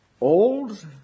Old